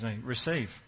receive